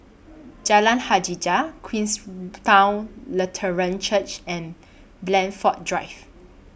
Jalan Hajijah Queenstown Lutheran Church and Blandford Drive